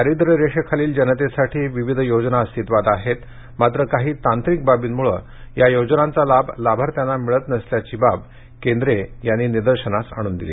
दारिद्रय रेषेखालील जनतेसाठी विविध योजना अस्तित्वात आहेत मात्र काही तांत्रिक बाबींम्ळे या योजनांचा लाभ लाभार्थ्यांना मिळत नसल्याची बाब केंद्रे यांनी निदर्शनास आणून दिली